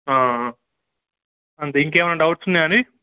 అంటే ఇంకేమైనా డౌట్స్ ఉన్నాయా అండి